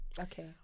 Okay